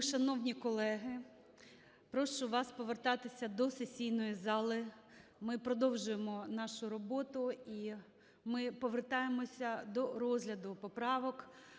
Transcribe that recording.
Вельмишановні колеги, прошу вас повертатися до сесійної зали, ми продовжуємо нашу роботу. І ми повертаємося до розгляду поправок